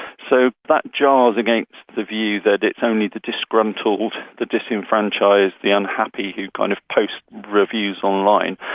so that jars against the view that it's only the disgruntled, the disenfranchised, the unhappy who kind of post reviews online.